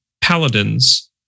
paladins